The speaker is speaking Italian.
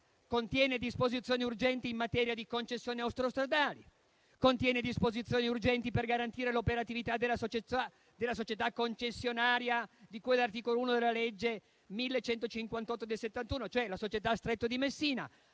contiene disposizioni urgenti in materia di concessioni autostradali e disposizioni urgenti per garantire l'operatività della società concessionaria di cui all'articolo 1 della legge n. 1158 del 1971, cioè la società Stretto di Messina,